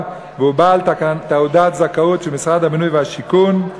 והוא בעל תעודת זכאות של משרד הבינוי והשיכון,